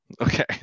Okay